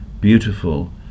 beautiful